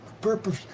purpose